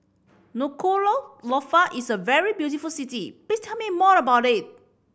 Nuku'alofa is a very beautiful city please tell me more about it